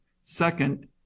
second